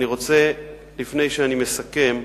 לפני שאני מסכם,